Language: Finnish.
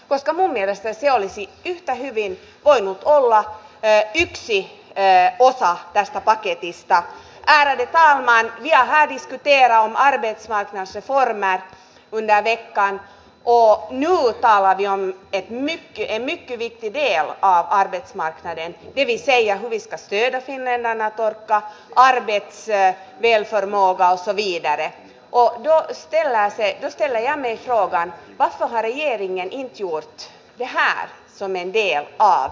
koska mun mielestä se olisi yhtä hyvin voinut olla verbiksi se ei ota tästä paketista eli pääomaa ja hän vielä omaan weizman asettua enää lentäneekaan oo muuta lakia ei me teemme liittyviä aapo arbetsmark täyden tiivis seija hovin tiedotteen elämää tuottaa tarvitsee mielestään olla selvillä ja ohjaa tellääsi ja venäjän ehtootaan vasta värjärin suot jäämään suomeen vielä alle